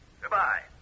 Goodbye